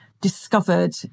discovered